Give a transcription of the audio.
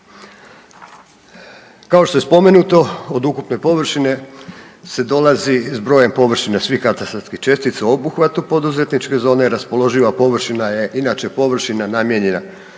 Kao što je spomenuto od ukupne površine se dolazi s brojem površina svih katastarskih čestica u obuhvatu poduzetničke zone, raspoloživa površina je inače površina namijenjena